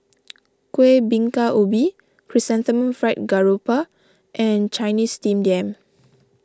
Kuih Bingka Ubi Chrysanthemum Fried Garoupa and Chinese Steamed Yam